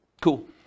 cool